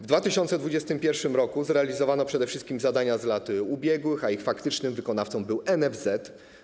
W 2021 r. zrealizowano przede wszystkim zadania z lat ubiegłych, a ich faktycznym wykonawcą był NFZ.